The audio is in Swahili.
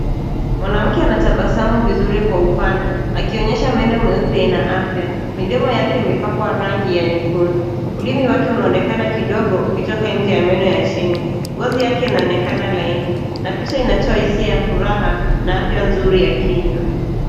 Mwanamke anatabasamu vizuri kwa upana akionyesha meno meupe yenye afya. Midomo yake imepakwa rangi ya nyekundu. Ulimi wake unaonekana kidogo ukitoka nje ya meno ya chini. Ngozi yake inaonekana laini na picha inatoa hisia ya furaha na afya nzuri ya kinywa.